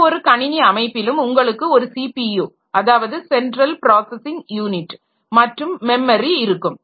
எந்த ஒரு கணினி அமைப்பிலும் உங்களுக்கு ஒரு சிபியு அதாவது சென்ட்ரல் ப்ராஸஸிங் யூனிட் மற்றும் மெமரி இருக்கும்